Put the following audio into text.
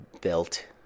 built